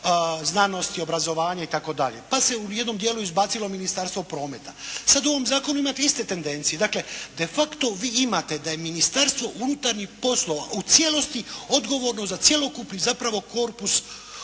znanosti, obrazovanja itd. Pa se u jednom dijelu izbacilo Ministarstvo prometa. Sad u ovom zakonu imate iste tendencije. Dakle, de facto vi imate da je Ministarstvo unutarnjih poslova u cijelosti odgovorno za cjelokupni zapravo korpus